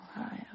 Ohio